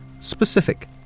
specific